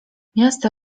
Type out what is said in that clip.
miasto